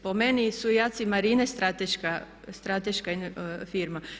Po meni su i ACI Marine strateška firma.